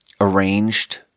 arranged